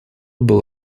был